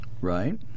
Right